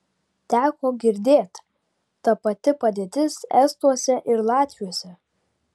teko girdėt ta pati padėtis estuose ir latviuose